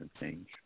change